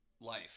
life